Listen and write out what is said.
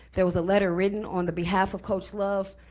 there was a letter written on the behalf of coach love,